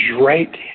right